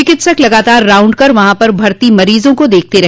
चिकित्सक लगातार राउंड कर वहां पर भर्ती मरीजों को देखते रहे